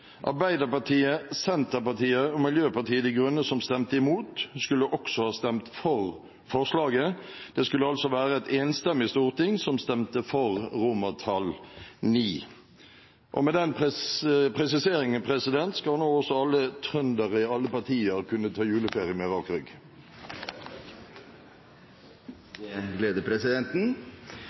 Arbeiderpartiet, Senterpartiet og Miljøpartiet De Grønne, som stemte imot, skulle også ha stemt for forslaget. Det skulle altså være et enstemmig storting som stemte for IX. Og med den presiseringen skal nå også alle trøndere i alle partier kunne ta juleferie med rak rygg. Det gleder presidenten.